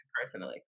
personally